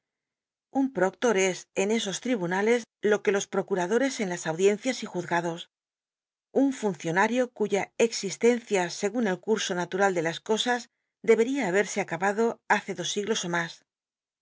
un proclor es en esos tribunales lo que los procuradores en las allciiencias y juzgado un funcionario cuya existencia segun el enrso nalmal do las eo as debería habet se acabado hace dos siglos ó mas para